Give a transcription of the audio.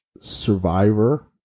Survivor